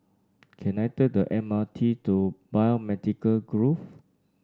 can I take the M R T to Biomedical Grove